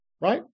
Right